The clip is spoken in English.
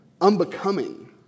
unbecoming